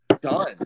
Done